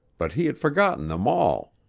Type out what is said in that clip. but he had forgotten them all.